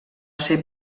ser